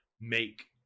make